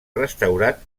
restaurat